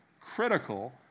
critical